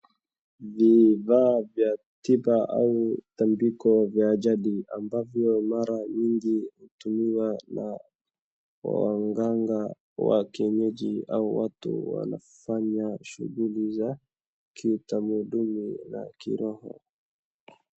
Vifaa vya tiba au tambiko vya jadi ambavyo mara nyingi hutumiwa na waganga wa kienyeji au watu wanafanya shughuli za kitamaduni na kiroho.